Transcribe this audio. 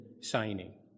signing